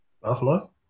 Buffalo